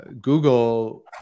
Google